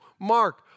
Mark